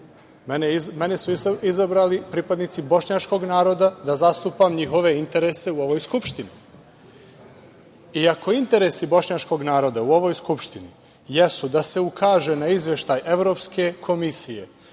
Mene su izabrali pripadnici bošnjačkog naroda da zastupam njihove interese u ovoj Skupštini i ako interesi bošnjačkog naroda u ovoj Skupštini jesu da se ukaže na Izveštaj Evropske komisije